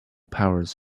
powers